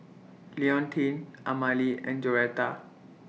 Leontine Amalie and Joretta